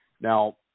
Now